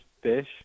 fish